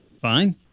Fine